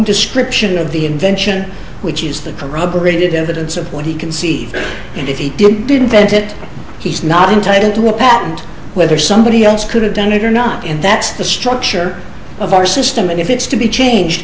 description of the invention which is the corroborated evidence of what he can see and if he didn't get it he's not entitled to a patent whether somebody else could have done it or not and that's the structure of our system and if it's to be changed